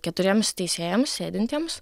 keturiems teisėjams sėdintiems